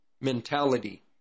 mentality